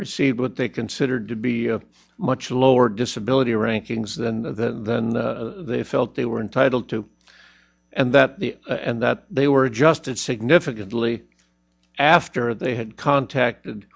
received what they considered to be a much lower disability rankings than that than they felt they were entitled to and that the and that they were adjusted significantly after they had contacted